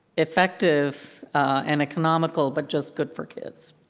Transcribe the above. effective and economical but just good for kids.